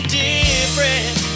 different